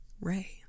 Ray